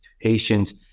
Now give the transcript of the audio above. patients